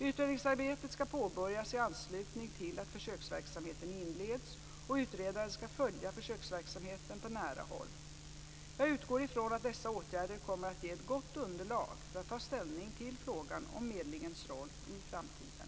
Utredningsarbetet skall påbörjas i anslutning till att försöksverksamheten inleds, och utredaren skall följa försöksverksamheten på nära håll. Jag utgår ifrån att dessa åtgärder kommer att ge ett gott underlag för att ta ställning till frågan om medlingens roll i framtiden.